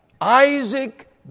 Isaac